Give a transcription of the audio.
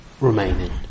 remaining